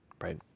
right